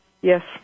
Yes